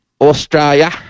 Australia